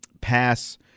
pass